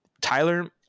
Tyler